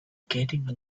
getting